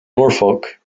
norfolk